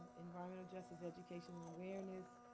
environmental justice education and awareness,